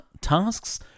tasks